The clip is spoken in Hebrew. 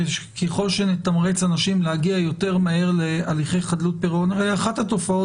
ככל שנתמרץ אנשים להגיע יותר מהר להליכי חדלות פירעון הרי אחת התופעות